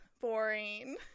boring